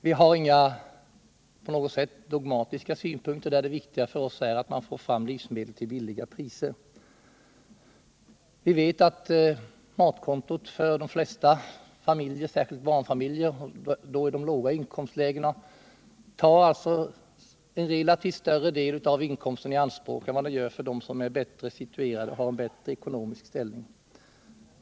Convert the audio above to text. Vi har inga dogmatiska synpunkter härvidlag — det viktiga för oss är att man får fram livsmedel till låga priser. Matkontot tar för de flesta familjer, särskilt för barnfamiljer i låga inkomstlägen, en relativt större del av inkomsten än för dem som har en bättre ekonomisk ställning.